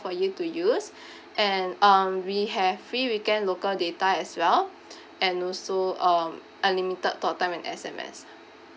for you to use and um we have free weekend local data as well and also um unlimited talk time and S_M_S